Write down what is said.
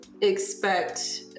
expect